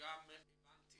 הבנתי